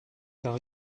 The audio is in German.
der